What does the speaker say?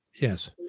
Yes